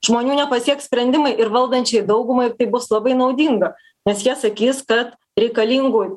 žmonių nepasieks sprendimai ir valdančiai daugumai tai bus labai naudinga nes jie sakys kad reikalingų